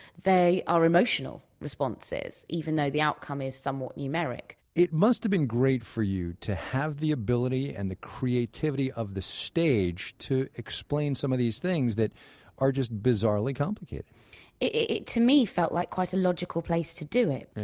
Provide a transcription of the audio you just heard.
they are emotional responses, even though the outcome is somewhat numeric it must've been great for you to have the ability and the creativity of the stage to explain some of these things that are just bizarrely complicated it, to me, felt like quite a logical place to do it.